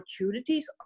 opportunities